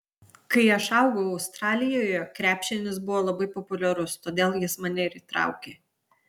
kai aš augau australijoje krepšinis buvo labai populiarus todėl jis mane ir įtraukė